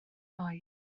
oed